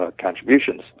contributions